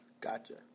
Gotcha